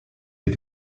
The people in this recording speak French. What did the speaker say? est